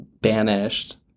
banished